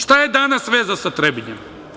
Šta je danas veza sa Trebinjem?